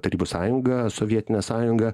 tarybų sąjunga sovietinė sąjunga